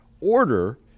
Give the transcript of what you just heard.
order